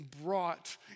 brought